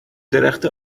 درخت